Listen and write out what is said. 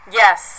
yes